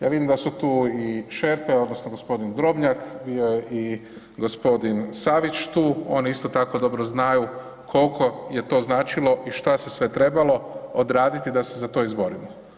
Ja vidim da su tu i …/nerazumljivo/… odnosno gospodin Drobnjak bio je i gospodin Savić tu, oni isto tako dobro znaju koliko je to značilo i šta se sve trebalo odraditi da se za to izborimo.